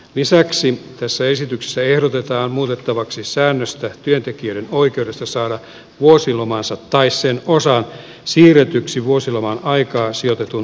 lisäksi tässä esityksessä ehdotetaan muutettavaksi säännöstä työntekijöiden oikeudesta saada vuosilomansa tai sen osan siirretyksi vuosiloman aikaan sijoitetun työkyvyttömyysjakson vuoksi